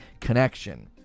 Connection